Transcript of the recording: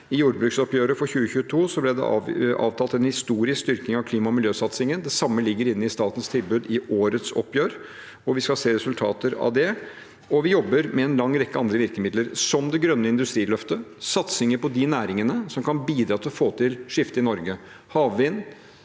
I jordbruksoppgjøret for 2022 ble det avtalt en historisk styrking av klima- og miljøsatsingen. Det samme ligger inne i statens tilbud i årets oppgjør, og vi skal se resultater av det. Vi jobber også med en lang rekke virkemidler, som det grønne industriløftet, satsinger på de næringene som kan bidra til å få til et skifte i Norge: havvind,